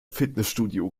fitnessstudio